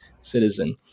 Citizen